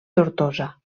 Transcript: tortosa